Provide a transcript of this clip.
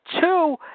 Two